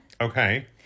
Okay